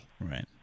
right